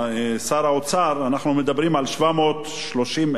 אנחנו מדברים על 730,000 שעובדים במגזר